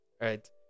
right